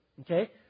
okay